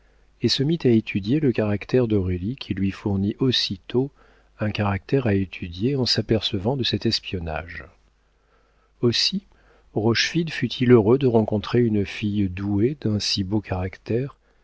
et se mit à étudier le caractère d'aurélie qui lui fournit aussitôt un caractère à étudier en s'apercevant de cet espionnage aussi rochefide fut-il heureux de rencontrer une fille douée d'un si beau caractère